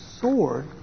sword